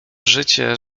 życie